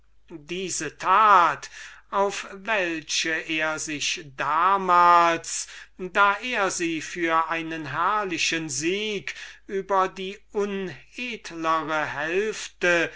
diese tat auf welche er sich damals da er sie für einen herrlichen sieg über die unedlere hälfte